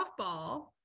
softball